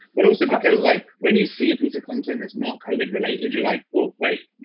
but also because like when you see a piece of content that's not covid related, you're like, oh wait,